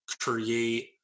create